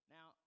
Now